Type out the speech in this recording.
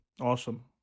Awesome